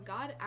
God